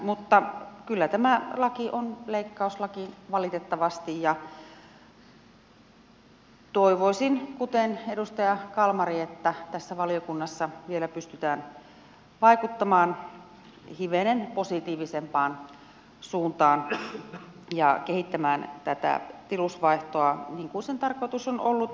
mutta kyllä tämä laki on leikkauslaki valitettavasti ja toivoisin kuten edustaja kalmari että valiokunnassa vielä pystytään vaikuttamaan hivenen positiivisempaan suuntaan ja kehittämään tätä tilusvaihtoa niin kuin sen tarkoitus on ollut